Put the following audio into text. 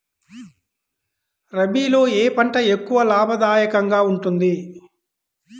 రబీలో ఏ పంట ఎక్కువ లాభదాయకంగా ఉంటుంది?